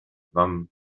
wam